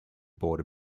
border